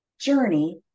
journey